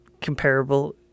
comparable